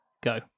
go